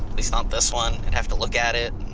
least not this one, i'd have to look at it,